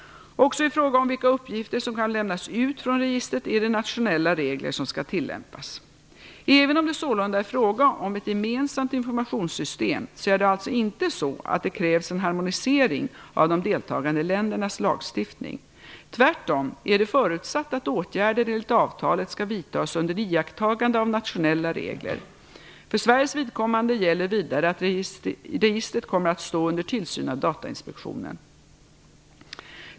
Också i fråga om vilka uppgifter som kan lämnas ut från registret är det nationella regler som skall tillämpas. Även om det sålunda är fråga om ett gemensamt informationssystem är det alltså inte så att det krävs en harmonisering av de deltagande ländernas lagstiftning. Tvärtom är det förutsatt att åtgärder enligt avtalet skall vidtas under iakttagande av nationella regler. För Sveriges vidkommande gäller vidare att registret kommer att stå under tillsyn av Datainspektionen.